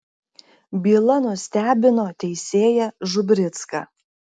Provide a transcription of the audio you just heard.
byla nustebino teisėją žubricką